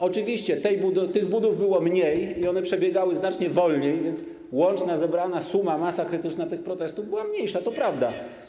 Oczywiście tych budów było mniej i one przebiegały znacznie wolniej, więc łączna zebrana suma, masa krytyczna tych protestów była mniejsza, to prawda.